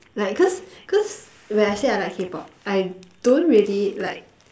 like cause cause when I say I like K-pop I don't really like